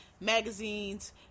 magazines